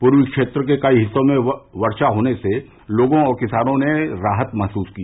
पूर्वी क्षेत्र के कई हिस्सों में वर्षा होने से लोगों और किसानों ने राहत महसूस की